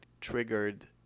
triggered